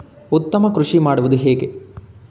ಉತ್ತಮ ಕೃಷಿ ಮಾಡುವುದು ಹೇಗೆ?